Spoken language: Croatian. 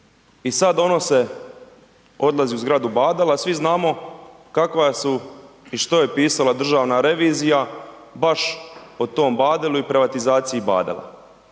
i sad donose, odlazi u zgradu Badela, svi znamo kakva su i što je pisala državna revizija baš o tom Badelu i privatizaciji Badela.